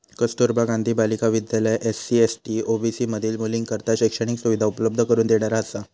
कस्तुरबा गांधी बालिका विद्यालय SC, ST, OBC मधील मुलींकरता शैक्षणिक सुविधा उपलब्ध करून देणारा असा